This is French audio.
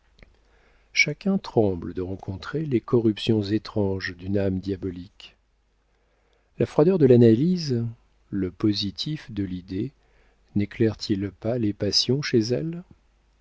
chacun tremble de rencontrer les corruptions étranges d'une âme diabolique la froideur de l'analyse le positif de l'idée néclairent ils pas les passions chez elle